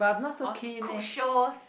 or cook shows